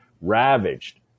ravaged